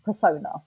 persona